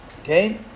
Okay